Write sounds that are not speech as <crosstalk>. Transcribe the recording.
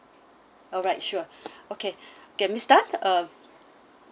alright sure <breath> okay okay miss tan uh